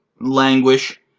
languish